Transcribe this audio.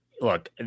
look